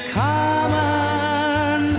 common